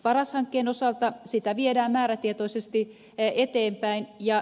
paras hanketta viedään määrätietoisesti eteenpäin